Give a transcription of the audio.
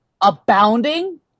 abounding